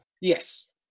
Yes